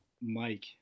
Mike